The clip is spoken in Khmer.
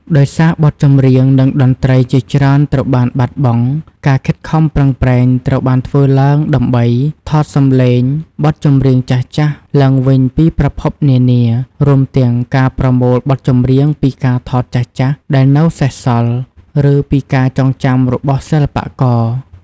ដោយសារបទចម្រៀង និងតន្ត្រីជាច្រើនត្រូវបានបាត់បង់ ការខិតខំប្រឹងប្រែងត្រូវបានធ្វើឡើងដើម្បី ថតសំឡេង បទចម្រៀងចាស់ៗឡើងវិញពីប្រភពនានា រួមទាំងការប្រមូលបទចម្រៀងពីការថតចាស់ៗដែលនៅសេសសល់ ឬពីការចងចាំរបស់សិល្បករ។